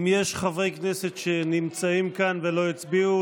אם יש חברי כנסת שנמצאים כאן ולא הצביעו,